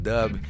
Dub